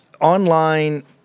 online